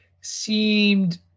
seemed